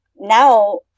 now